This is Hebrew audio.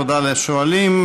תודה לשואלים.